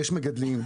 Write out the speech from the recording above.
יש מגדלים,